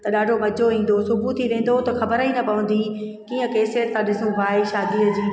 त ॾाढो मज़ो ईंदो हुओ सुबुह थी वेंदी त ख़बर ई न पवंदी हुई कीअं कैसट था ॾिसूं भाई शादीअ जी